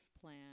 plan